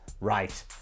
Right